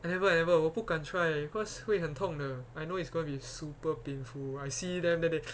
I never I never 我不敢 try eh because 会很痛的 I know it's going to be super painful I see them then they